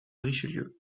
richelieu